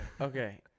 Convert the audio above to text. Okay